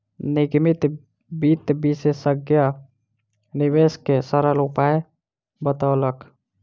निगमित वित्त विशेषज्ञ निवेश के सरल उपाय बतौलक